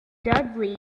dudley